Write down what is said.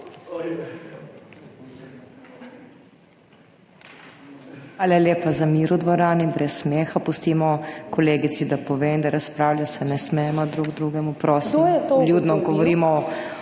Hvala lepa za mir v dvorani! Brez smeha. Pustimo kolegici, da pove in da razpravlja, se ne smejemo drug drugemu, prosim. Vljudno govorimo o